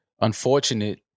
unfortunate